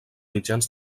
mitjans